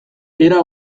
era